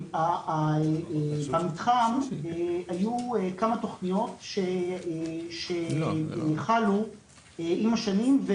במתחם היו כמה תוכניות שהן חלו עם השנים,